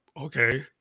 okay